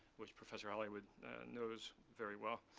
which professor hollywood knows very well.